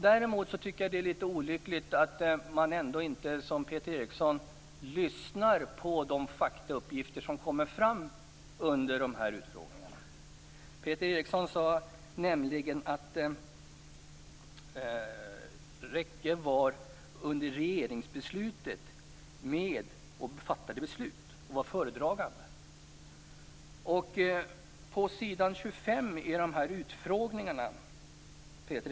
Det är dock litet olyckligt att man inte, Peter Eriksson, lyssnar på de faktauppgifter som kommer fram under de här utfrågningarna. Peter Eriksson sade ju att Lars Rekke under regeringsbeslutet var med och fattade beslut och att han var föredragande.